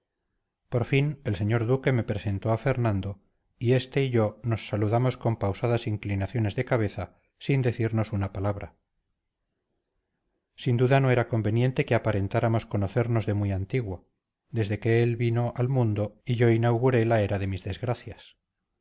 por fin el señor duque me presentó a fernando y este y yo nos saludamos con pausadas inclinaciones de cabeza sin decirnos una palabra sin duda no era conveniente que aparentáramos conocernos de muy antiguo desde que él vino al mundo y yo inauguré la era de mis desgracias